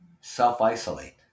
Self-isolate